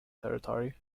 territory